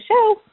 show